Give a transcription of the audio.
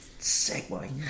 segue